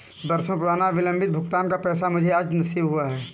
बरसों पुराना विलंबित भुगतान का पैसा मुझे आज नसीब हुआ है